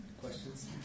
Questions